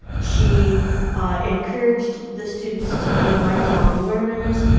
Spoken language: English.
she encouraged the students to be lifelong learners,